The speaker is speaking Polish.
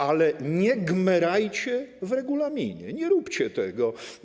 Ale nie gmerajcie w regulaminie, nie róbcie tego.